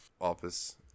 office